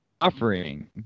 offering